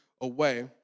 away